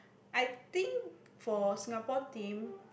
I think for Singapore team